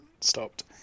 stopped